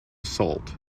assault